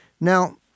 Now